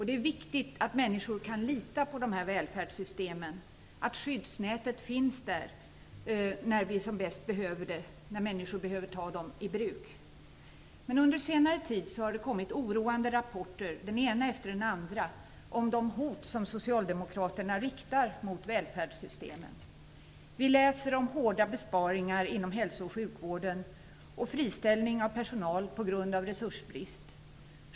Det är viktigt att människor kan lita på de här välfärdssystemen, att skyddsnätet finns där när vi som bäst behöver det, när människor behöver ta dem i bruk. Men under senare tid har det kommit oroande rapporter, den ena efter den andra, om de hot som Socialdemokraterna riktar mot välfärdssystemen. Vi läser om hårda besparingar inom hälso och sjukvården och friställning av personal på grund av resursbrist.